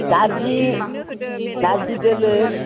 नारजि नारजि दोलो